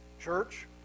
Church